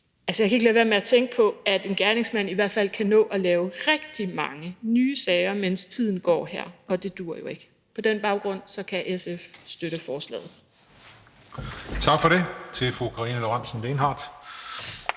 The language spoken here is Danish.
Jeg kan ikke lade være med at tænke på, at en gerningsmand i hvert fald kan nå at lave mange nye sager, mens tiden går, og det duer jo ikke. På den baggrund kan SF støtte forslaget. Kl. 14:20 Den fg. formand (Christian Juhl):